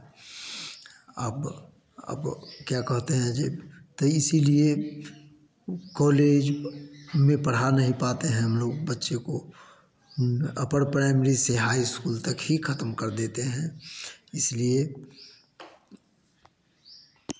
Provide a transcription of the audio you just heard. अब अब क्या कहते हैं तो इसीलिए कॉलेज में पढ़ा नहीं पाते हैं हम लोग बच्चों को अपर प्राइमरी से हाई स्कूल तक ही खत्म कर देते हैं इसीलिए